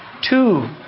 Two